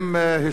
הם,